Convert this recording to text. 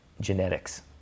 genetics